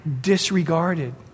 disregarded